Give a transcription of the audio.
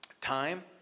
time